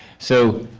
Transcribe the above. so,